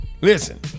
Listen